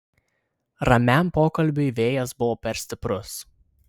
ramiam pokalbiui vėjas buvo per stiprus